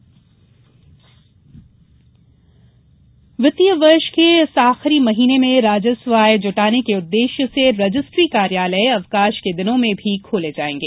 registry कार्यालय वित्तीय वर्ष के इस आखिरी महिने में राजस्व आय जुटाने के उद्देष्य से रजिस्ट्री कार्यालय अवकाष के दिनों मे भी खोले जाएगे